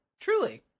Truly